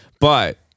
But-